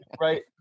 right